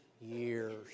years